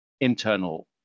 internal